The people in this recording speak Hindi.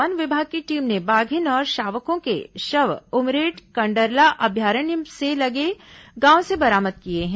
वन विभाग की टीम ने बाधिन और शावकों के शव उमरेड कंडरला अभयारण्य से लगे गांव से बरामद किए हैं